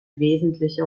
wesentliche